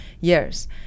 years